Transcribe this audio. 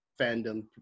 fandom